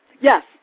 Yes